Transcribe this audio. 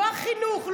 לא החינוך,